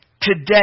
Today